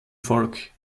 volk